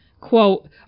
Quote